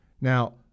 Now